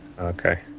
Okay